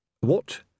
What